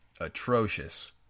atrocious